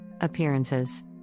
Appearances